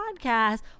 podcast